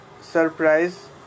surprise